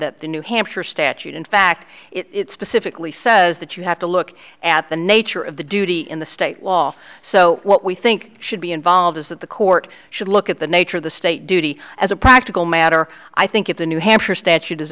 that the new hampshire statute in fact it's specifically says that you have to look at the nature of the duty in the state law so what we think should be involved is that the court should look at the nature of the state duty as a practical matter i think if the new hampshire statute